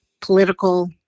political